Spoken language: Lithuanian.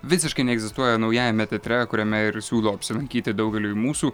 visiškai neegzistuoja naujajame teatre kuriame ir siūlau apsilankyti daugeliui mūsų